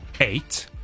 eight